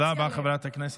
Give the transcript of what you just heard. תודה רבה, חברת הכנסת.